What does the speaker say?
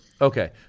Okay